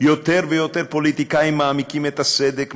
יותר ויותר פוליטיקאים מעמיקים את הסדק,